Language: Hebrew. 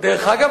דרך אגב,